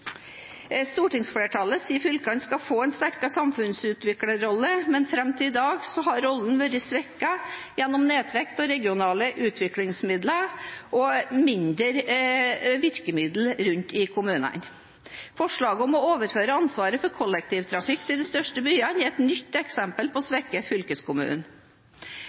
Stortingsflertallet sier fylkene skal få en sterkere samfunnsutviklerrolle, men fram til i dag har rollen vært svekket gjennom nedtrekk av regionale utviklingsmidler og færre virkemidler i kommunene. Forslaget om å overføre ansvaret for kollektivtrafikk til de største byene er et nytt eksempel på å svekke fylkeskommunen.